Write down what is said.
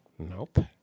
Nope